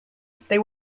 they